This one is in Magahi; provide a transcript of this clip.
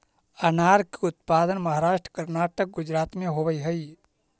अनार के उत्पादन महाराष्ट्र, कर्नाटक, गुजरात में होवऽ हई